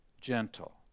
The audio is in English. Gentle